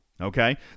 Okay